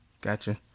Gotcha